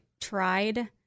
tried